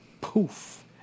Poof